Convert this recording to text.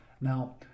Now